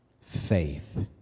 faith